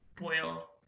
boil